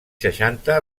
seixanta